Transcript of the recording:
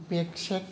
बेग सेग